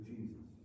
Jesus